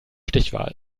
stichwahl